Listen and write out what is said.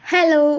Hello